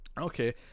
Okay